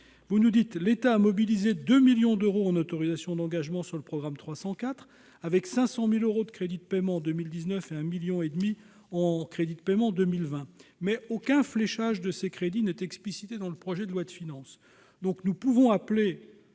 Vous nous dites :« L'État a mobilisé 2 millions d'euros en autorisations d'engagement sur le programme 304, avec 500 000 euros de crédits de paiement en 2019 et 1,5 million d'euros de crédits de paiement en 2020. » Cependant, aucun de ces crédits n'est fléché dans le projet de loi de finances.